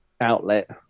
outlet